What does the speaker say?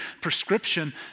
prescription